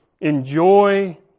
Enjoy